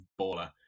baller